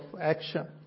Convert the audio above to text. action